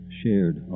shared